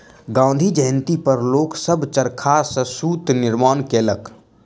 गाँधी जयंती पर लोक सभ चरखा सॅ सूत निर्माण केलक